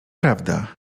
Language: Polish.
prawda